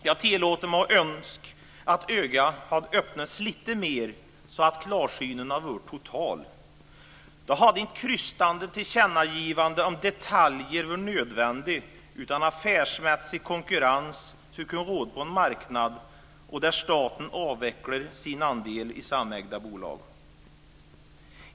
Jag tillåter mig önska att ögonen hade öppnats lite mer, så att klarsynen hade blivit total. Då hade inte krystade tillkännagivanden om detaljer varit nödvändiga, utan då skulle affärsmässig konkurrens kunna råda på en marknad där staten avvecklar sina andelar i samägda bolag.